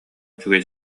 үчүгэй